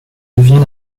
devient